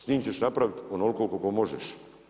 S njime ćeš napraviti onoliko koliko možeš.